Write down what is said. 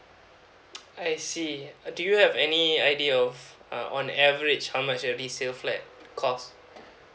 I see uh do you have any idea of uh on average how much a resale flat cost